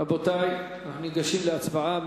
רבותי, אנחנו ניגשים להצבעה.